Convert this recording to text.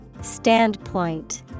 Standpoint